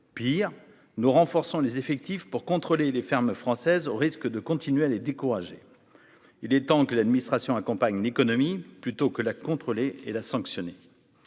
pire, nous renforçons les effectifs pour contrôler les fermes françaises au risque de continuer à les décourager, il est temps que l'administration accompagne l'économie plutôt que la contrôler et la sanctionner